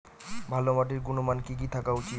ভালো মাটির গুণমান কি কি থাকা উচিৎ?